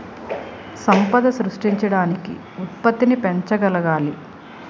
సంపద సృష్టించడానికి ఉత్పత్తిని పెంచగలగాలి